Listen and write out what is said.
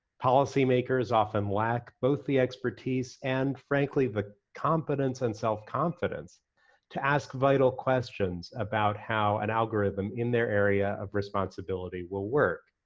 policymakers often lack both the expertise and frankly the competence and self confidence to ask vital questions about how an algorithm in their area of responsibility will work.